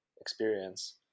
experience